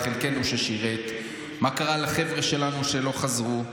לחלקנו ששירת מה קרה לחבר'ה שלנו שלא חזרו,